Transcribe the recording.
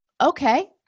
okay